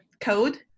code